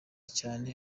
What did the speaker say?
cyane